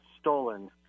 stolen